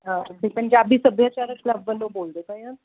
ਅਸੀਂ ਪੰਜਾਬੀ ਸੱਭਿਆਚਾਰਕ ਕਲੱਬ ਵੱਲੋਂ ਬੋਲਦੇ ਪਏ ਹਾਂ